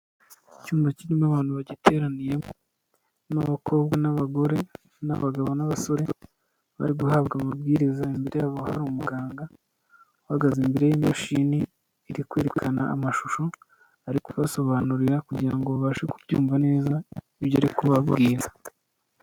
Icyumba kirimo abantu bagiteraniyemo, harimo abakombwa, n'abagore, n'abagabo, n'abasore bari guhabwa amabwiriza, imbere yabo hari umuganga uhagaze imbere y'imashini iri kwirekana amashusho ari kubasobanurura kugira ngo babashe kubyumva neza ibyo arimo kubabwira.